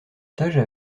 stages